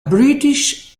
british